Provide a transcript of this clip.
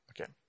Okay